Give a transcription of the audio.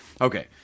Okay